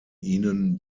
ihnen